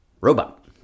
robot